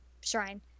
shrine